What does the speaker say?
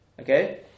Okay